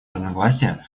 разногласия